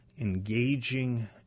engaging